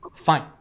Fine